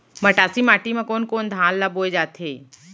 मटासी माटी मा कोन कोन धान ला बोये जाथे?